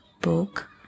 book